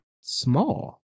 Small